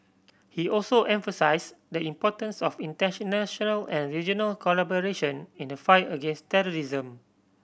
he also emphasise the importance of and regional collaboration in the fight against terrorism